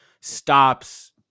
stops